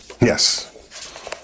Yes